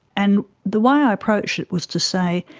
and the way i approached it was to say,